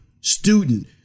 student